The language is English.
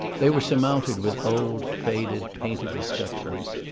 they were surmounted with old faded painted escutcheons,